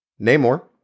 Namor